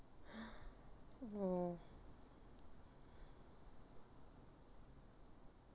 oh